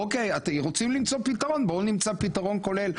אוקי אתם רוצים למצוא פתרון בואו נמצא פתרון כולל,